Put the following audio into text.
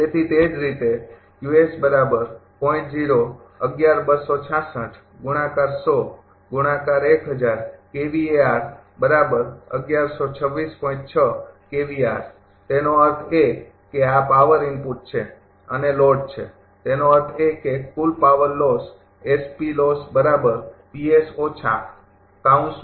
તેથી તે જ રીતે તેનો અર્થ એ કે આ પાવર ઇનપુટ છે અને લોડ છે તેનો અર્થ એ કે કુલ પાવર લોસ